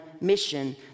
mission